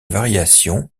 variations